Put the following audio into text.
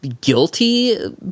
guilty